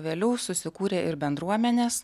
vėliau susikūrė ir bendruomenės